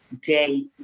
day